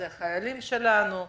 זה החיילים שלנו.